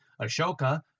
Ashoka